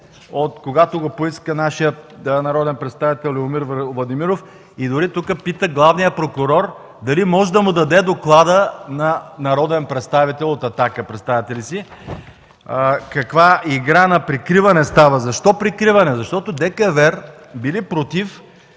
когато го поиска нашият народен представител Любомир Владимиров. Дори пита главния прокурор може ли да даде доклада на народен представител от „Атака” – представяте ли си каква игра на прикриване става?! Защо прикриване? Защото ДКЕВР били против